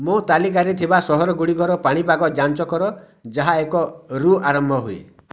ମୋ ତାଲିକାରେ ଥିବା ସହରଗୁଡ଼ିକର ପାଣିପାଗ ଯାଞ୍ଚ କର ଯାହା ଏକରୁ ଆରମ୍ଭ ହୁଏ